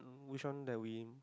which one that we